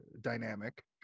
dynamic